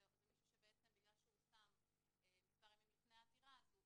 זה מישהו שבגלל שהוא הושם מספר ימים לפני העתירה אז הוא